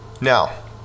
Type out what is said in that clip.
Now